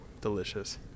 Delicious